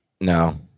No